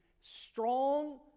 strong